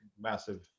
massive